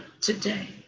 today